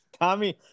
Tommy